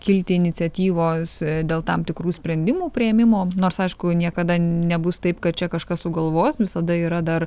kilti iniciatyvos dėl tam tikrų sprendimų priėmimo nors aišku niekada nebus taip kad čia kažkas sugalvos visada yra dar